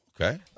Okay